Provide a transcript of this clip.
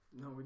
No